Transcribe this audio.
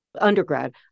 Undergrad